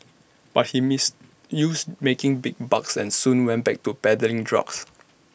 but he missed use making big bucks and soon went back to peddling drugs